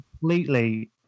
completely